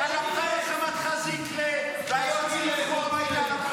על אפך וחמתך זה יקרה --- על אפך וחמתך.